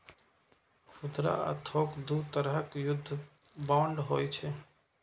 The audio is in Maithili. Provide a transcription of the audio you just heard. खुदरा आ थोक दू तरहक युद्ध बांड होइ छै